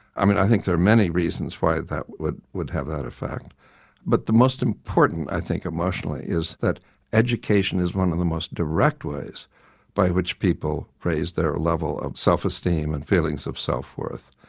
i mean i think there are many reasons why that would would have that effect but the most important i think emotionally is that education is one of the most direct ways by which people raise their level of self-esteem and feelings of self worth.